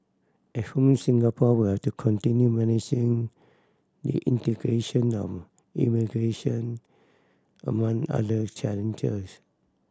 at home Singapore will to continue managing the integration of immigrantion among other challenges